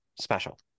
special